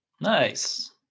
Nice